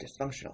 dysfunctional